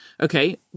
Okay